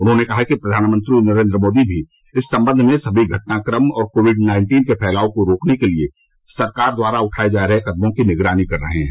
उन्होंने कहा कि प्रधानमंत्री नरेन्द्र मोदी भी इस संबंध में सभी घटनाक्रम और कोविड नाइन्टीन के फैलाव को रोकने के लिए सरकार द्वारा उठाए जा रहे कदमों की निगरानी कर रहे हैं